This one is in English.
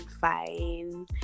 fine